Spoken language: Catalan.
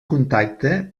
contacte